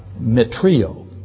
metrio